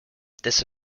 this